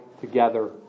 together